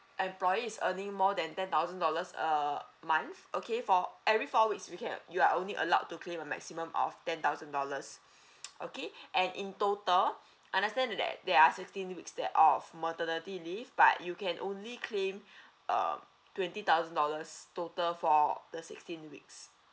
employee is earning more than ten thousand dollars a month okay for every four weeks you can you are only allowed to claim a maximum of ten thousand dollars okay and in total understand that there are sixteen weeks that of maternity leave but you can only claim uh twenty thousand dollars total for the sixteen weeks